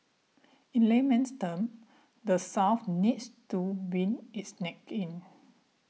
in layman's term the South needs to wind its neck in